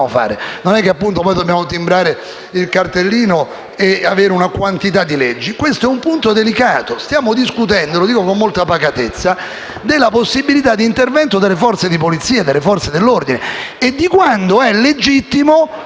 non è che dobbiamo timbrare il cartellino e produrre una quantità di leggi. Questo è un punto delicato: stiamo discutendo - lo dico con molta pacatezza - della possibilità di intervento delle forza di polizia e delle Forze dell'ordine, di quando è legittimo